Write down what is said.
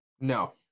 No